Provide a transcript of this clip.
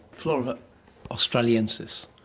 flora australiensis,